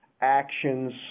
actions